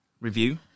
review